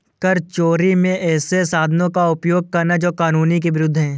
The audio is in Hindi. कर चोरी में ऐसे साधनों का उपयोग करना जो कानून के विरूद्ध है